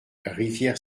rivière